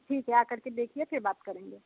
ठीक है आ कर के देखिए फिर बात करेंगे